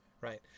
right